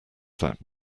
that